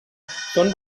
són